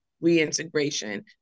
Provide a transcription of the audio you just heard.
reintegration